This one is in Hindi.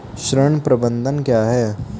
ऋण प्रबंधन क्या है?